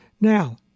Now